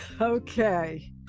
okay